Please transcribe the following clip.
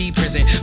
prison